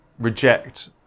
Reject